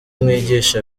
mwigisha